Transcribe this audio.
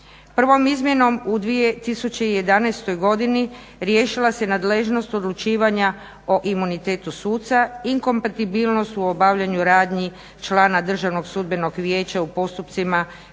Prvom izmjenom u 2011.godini riješila se nadležnog odlučivanja o imunitetu suca, inkompatibilnost u obavljanju radnji člana Državnom sudbenom vijeća u postupcima